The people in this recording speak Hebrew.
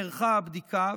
הבדיקה,